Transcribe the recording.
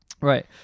right